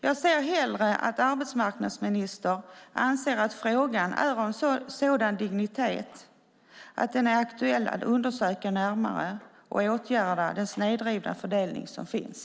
Jag ser hellre att arbetsmarknadsministern anser att frågan är av sådan dignitet att den är aktuell att undersöka närmare för att åtgärda den snedvridna fördelning som finns.